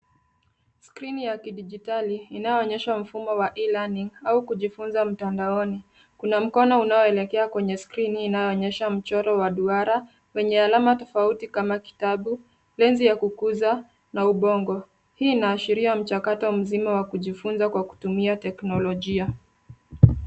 Skrini ya kidigitali, inayoonyeshwa mfumo wa e-learning au kujifunza mtandaoni. Kuna mkono unaoelekea kwenye skrini inayoonyesha mchoro wa duara, kwenye alama tofauti kama kitabu, lenzi ya kukuza na ubongo. Hii inaashiria mchakato mzima wa kujifunza kwa kutumia teknolojia.